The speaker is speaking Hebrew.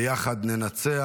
ביחד ננצח.